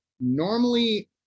Normally